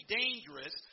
dangerous